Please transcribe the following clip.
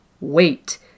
Wait